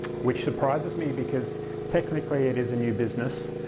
which surprises me because technically it is a new business,